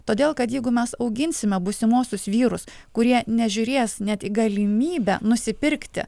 todėl kad jeigu mes auginsime būsimuosius vyrus kurie nežiūrės net į galimybę nusipirkti